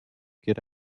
get